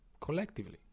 collectively